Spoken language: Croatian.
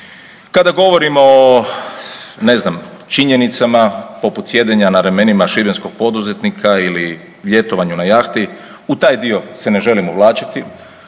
Kada govorimo o ne znam činjenicama poput sjedenja na ramenima šibenskog poduzetnika ili ljetovanju na jahti u taj dio se ne želim uvlačiti,